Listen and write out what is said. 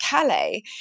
Calais